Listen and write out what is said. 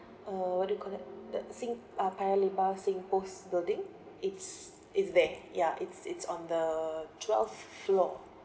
uh what do you call that the sing uh paya lebar singpost building it's is there ya it's it's on the twelve floor